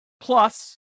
Plus